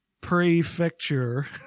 Prefecture